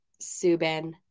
Subin